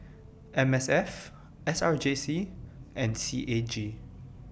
M S F S R J C and C A G